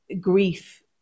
grief